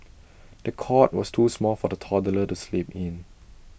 the cot was too small for the toddler to sleep in